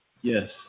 Yes